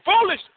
foolish